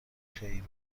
خیر